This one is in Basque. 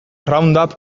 roundup